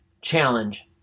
challenge